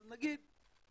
אז נגיד לרגע,